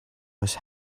was